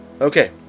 Okay